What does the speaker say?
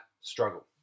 struggle